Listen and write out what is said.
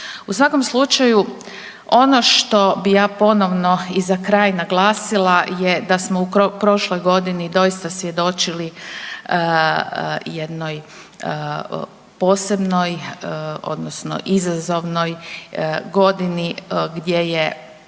U svakom slučaju ono što bi ja ponovno i za kraj naglasila je da smo u prošloj godini doista svjedočili jednoj posebnoj odnosno izazovnoj godini gdje je